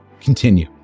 Continue